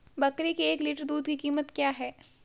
बकरी के एक लीटर दूध की कीमत क्या है?